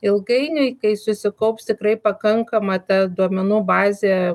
ilgainiui kai susikaups tikrai pakankama ta duomenų bazė